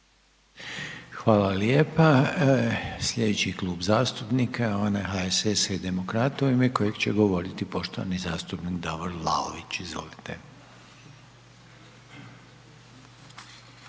Hvala lijepa. Slijedeći Klub zastupnika je onaj HSS-a i Demokrata u ime kojeg će govoriti poštovani zastupnik Davor Vlaović.